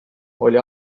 oli